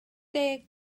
deg